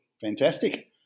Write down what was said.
fantastic